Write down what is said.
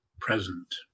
present